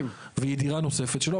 והיא דירה נוספת שלו,